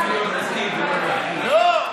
לא,